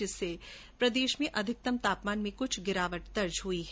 जिसके चलते प्रदेश में अधिकतम तापमान में क्छ गिरावट दर्ज हुई है